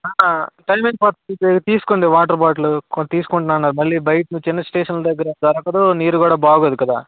ఆ టైం అయిపోతుంది తీసుకోండి వాటర్ బాటిలు కొన్నీ తీసుకోండి నాన్న మళ్ళీ బయట చిన్న స్టేషన్లు దగ్గర దొరకదు నీరు కూడా బాగోదు కదా